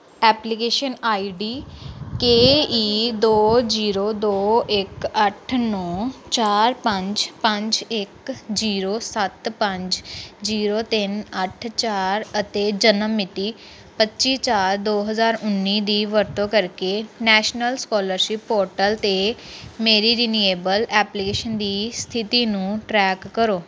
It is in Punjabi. application I D K E ਦੋ ਜੀਰੋ ਦੋ ਇੱਕ ਅੱਠ ਨੌਂ ਚਾਰ ਪੰਜ ਪੰਜ ਇੱਕ ਜੀਰੋ ਸੱਤ ਪੰਜ ਜੀਰੋ ਤਿੰਨ ਅੱਠ ਚਾਰ ਅਤੇ ਜਨਮ ਮਿਤੀ ਪੱਚੀ ਚਾਰ ਦੋ ਹਜ਼ਾਰ ਉੱਨੀ ਦੀ ਵਰਤੋਂ ਕਰਕੇ ਨੈਸ਼ਨਲ ਸਕਾਲਰਸ਼ਿਪ ਪੋਰਟਲ 'ਤੇ ਮੇਰੀ ਰਿਨਿਵੇਲ ਐਪਲੀਕੇਸ਼ਨ ਦੀ ਸਥਿਤੀ ਨੂੰ ਟਰੈਕ ਕਰੋ